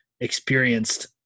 experienced